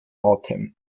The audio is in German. atem